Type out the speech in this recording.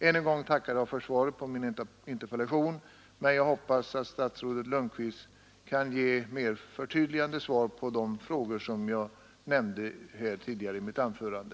Än en gång tackar jag för svaret på min interpellation, men jag hoppas ju att statsrådet Lundkvist kan ge mer förtydligande svar på de frågor som jag ställde i början av detta anförande.